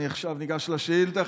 עכשיו אני אגש לשאילתה,